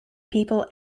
people